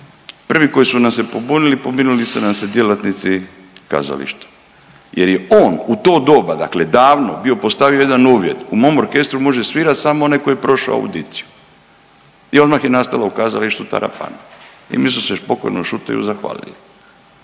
Prvi koji su nam se pobunili, pobunili su nam se djelatnici kazališta jer je on u to doba dakle bio postavio jedan uvjet u mom orkestru može svirat samo onaj tko je prošao audiciju i odmah je nastala u kazalištu tarapana i mi smo se pokojnom Šuteju zahvalili.